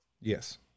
Yes